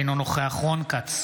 אינו נוכח רון כץ,